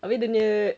habis dia nya